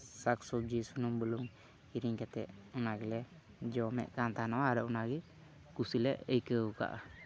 ᱥᱟᱠᱥᱚᱵᱡᱤ ᱥᱩᱱᱩᱢ ᱵᱩᱞᱩᱝ ᱠᱤᱨᱤᱧ ᱠᱟᱛᱮᱫ ᱚᱱᱟ ᱜᱮᱞᱮ ᱡᱚᱢᱮᱫ ᱠᱟᱱ ᱛᱪᱟᱦᱮᱱᱚᱜᱼᱟ ᱟᱨ ᱚᱱᱟᱜᱮ ᱠᱩᱥᱤ ᱞᱮ ᱟᱹᱭᱠᱟᱹᱣ ᱟᱠᱟᱫᱼᱟ